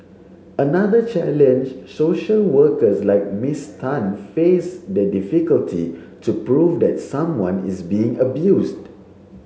another challenge social workers like Miss Tan face is the difficulty to prove that someone is being abused